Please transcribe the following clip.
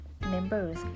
members